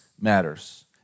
matters